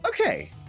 okay